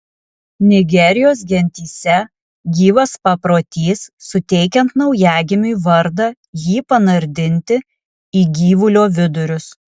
nigerijos gentyse gyvas paprotys suteikiant naujagimiui vardą jį panardinti į gyvulio vidurius